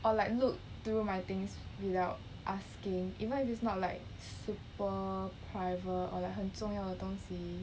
or like look through my things without asking even if it's not like super however or like 很重要的东西